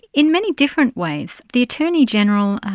in many different ways. the attorney general,